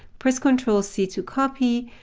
press control c to copy,